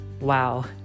Wow